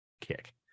kick